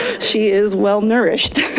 she is well nourished.